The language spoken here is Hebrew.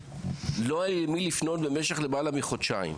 לא היה לי לפנות במשך למעלה מחודשיים.